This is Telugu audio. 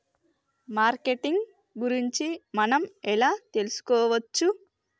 మార్కెటింగ్ గురించి మనం ఎలా తెలుసుకోవచ్చు?